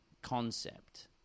Concept